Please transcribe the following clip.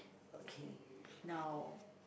okay now